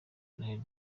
noheli